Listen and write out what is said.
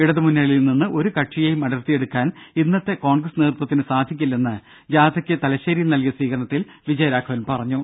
ഇടതു മുന്നണിയിൽ നിന്ന് ഒരു കക്ഷിയെയും അടർത്തിയെടുക്കാൻ ഇന്നത്തെ കോൺഗ്രസ് നേതൃത്വത്തിന് സാധിക്കില്ലെന്ന് ജാഥയ്ക്ക് തലശ്ശേരിയിൽ നൽകിയ സ്വീകരണത്തിൽ വിജയരാഘവൻ പറഞ്ഞു